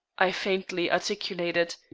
i faintly articulated,